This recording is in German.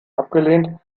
abgelehnt